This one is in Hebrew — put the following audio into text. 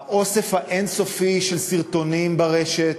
האוסף האין-סופי של סרטונים ברשת,